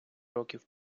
років